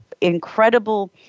incredible –